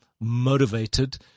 motivated